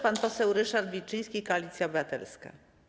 Pan poseł Ryszard Wilczyński, Koalicja Obywatelska.